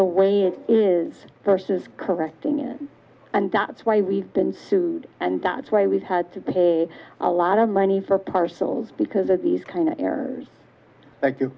the way it is versus correcting it and that's why we've been sued and that's why we've had to pay a lot of money for parcels because of these kind of errors thank you